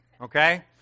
okay